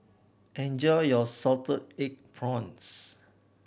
enjoy your salted egg prawns